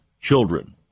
children